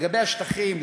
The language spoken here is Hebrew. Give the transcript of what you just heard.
לגבי השטחים,